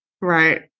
right